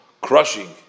crushing